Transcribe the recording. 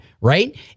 right